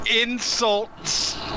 insults